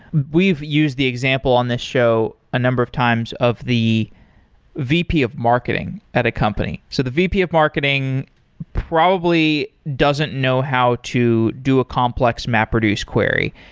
we've used the example on this show a number of times of the vp of marketing at a company. so the vp of marketing probably doesn't know how to do a complex map reduce query,